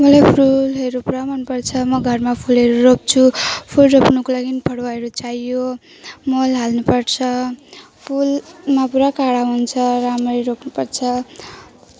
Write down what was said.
मलाई फुलहरू पुरा मनपर्छ म घरमा फुलहरू रोप्छु फुल रोप्नुको लागि फरुवाहरू चाहियो मल हाल्नुपर्छ फुलमा पुरा काँडा हुन्छ राम्ररी रोप्नुपर्छ